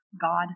God